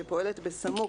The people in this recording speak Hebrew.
"שפועלת בסמוך